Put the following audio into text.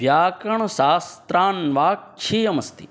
व्याकरणशास्त्रान्वक्षीयमस्ति